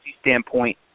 standpoint